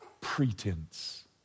Pretense